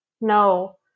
no